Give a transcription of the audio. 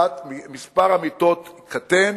מספר המיטות קטן,